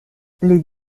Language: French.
les